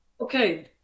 Okay